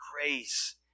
grace